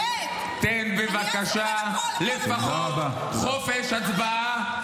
תן בבקשה לפחות חופש הצבעה,